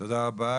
תודה רבה,